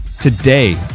today